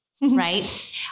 right